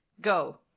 Go